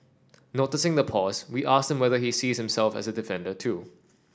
noticing the pause we asked whether he sees himself as defender too